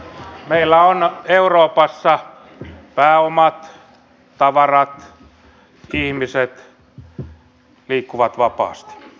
meillä euroopassa pääomat tavarat ihmiset liikkuvat vapaasti